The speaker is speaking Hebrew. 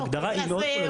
ההגדרה היא מאוד כוללנית.